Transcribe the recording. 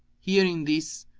hearing this,